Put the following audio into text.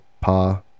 Pa